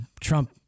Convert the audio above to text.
Trump